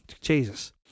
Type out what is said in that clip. Jesus